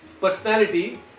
personality